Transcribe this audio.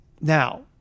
Now